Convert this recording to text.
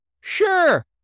sure